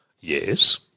Yes